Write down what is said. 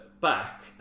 Back